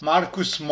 Marcus